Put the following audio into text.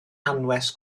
anwes